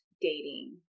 dating